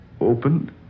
Opened